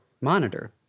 monitor